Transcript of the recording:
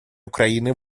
украины